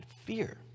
fear